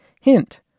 Hint